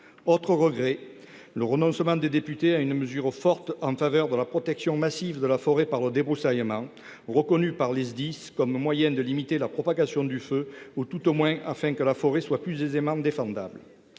Autre regret, les députés ont renoncé à une mesure forte en faveur de la protection massive de la forêt par le débroussaillement, reconnu par les Sdis comme un moyen de limiter la propagation du feu ou, tout au moins, de rendre la forêt plus aisément défendable.